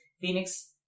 Phoenix